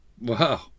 Wow